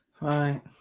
Right